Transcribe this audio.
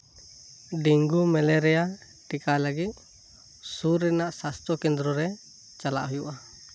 dengue ᱢᱮᱞᱮᱨᱤᱭᱟ ᱴᱤᱠᱟ ᱞᱟᱹᱜᱤᱫ ᱥᱩᱨ ᱨᱮᱭᱟᱜ ᱥᱟᱥᱛᱷᱚ ᱠᱮᱱᱫᱽᱨᱚ ᱨᱮ ᱪᱟᱞᱟᱜ ᱦᱩᱭᱩᱜᱼᱟ